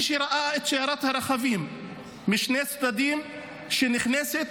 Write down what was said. מי שראה את שיירת הרכבים משני הצדדים שנכנסת